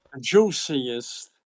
juiciest